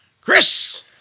Chris